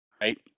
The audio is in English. Right